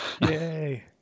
Yay